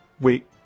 Wait